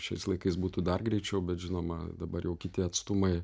šiais laikais būtų dar greičiau bet žinoma dabar jau kiti atstumai